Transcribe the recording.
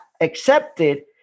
accepted